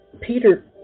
peter